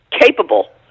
capable